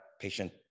patient